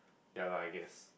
ya lah I guess